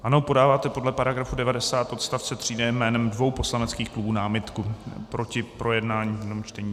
Ano, podáváte podle § 90 odst. 3 jménem dvou poslaneckých klubů námitku proti projednání v čtení.